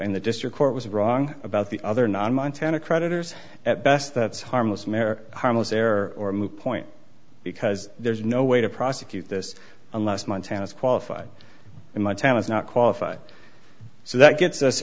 and the district court was wrong about the other non montana creditors at best that's harmless mair harmless error or a moot point because there's no way to prosecute this unless montana's qualified in my town is not qualified so that gets us